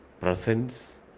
Presence